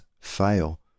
fail